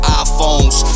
iPhones